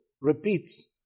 repeats